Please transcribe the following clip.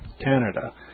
Canada